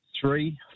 three